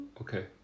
Okay